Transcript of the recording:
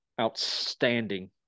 outstanding